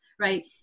right